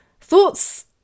thoughts